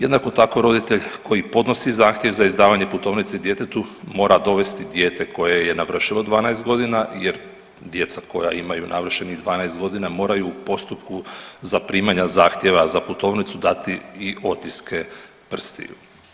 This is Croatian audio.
Jednako tako roditelj koji podnosi zahtjev za izdavanje putovnice djetetu mora dovesti dijete koje je navršilo 12.g. jer djeca koja imaju navršenih 12.g. moraju u postupku zaprimanja zahtjeva za putovnicu dati i otiske prstiju.